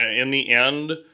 ah in the end,